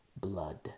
blood